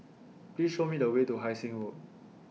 Please Show Me The Way to Hai Sing Road